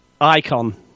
icon